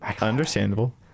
Understandable